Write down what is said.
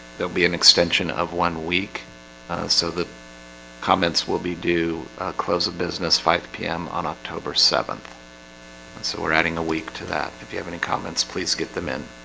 there'll be an extension of one week so that comments will be due close of business five zero p m. on october seventh and so we're adding a week to that if you have any comments, please get them in